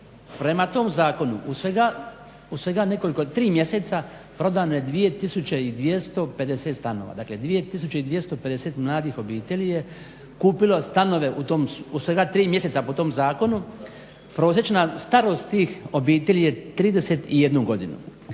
Prema tom zakonu u svega nekoliko, tri mjeseca prodano je 2250 stanova, dakle 2250 mladih obitelji je kupilo stanove u svega tri mjeseca po tom zakonu. Prosječna starost tih obitelji je 31 godinu.